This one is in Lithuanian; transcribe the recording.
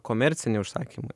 komerciniai užsakymai